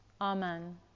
Amen